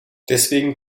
deswegen